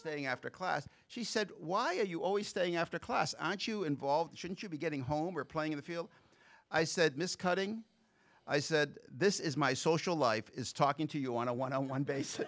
staying after class she said why are you always staying after class aren't you involved shouldn't you be getting home or playing the field i said miss cutting i said this is my social life is talking to you on a one on one basis